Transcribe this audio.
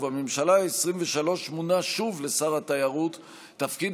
ובממשלה העשרים-ושלוש מונה שוב לשר התיירות ומילא את התפקיד